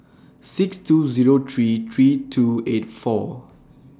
six two Zero three three two eight four